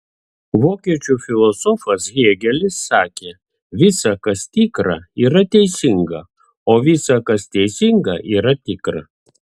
vokiečių filosofas hėgelis sakė visa kas tikra yra teisinga o visa kas teisinga yra tikra